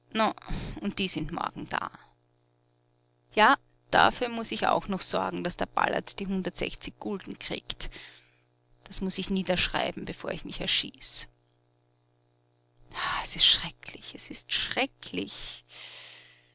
und die sind morgen da ja dafür muß ich auch noch sorgen daß der ballert die hundertsechzig gulden kriegt das muß ich niederschreiben bevor ich mich erschieß es ist schrecklich es ist schrecklich